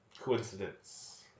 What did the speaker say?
Coincidence